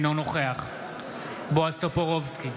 אינו נוכח בועז טופורובסקי,